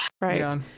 Right